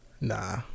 Nah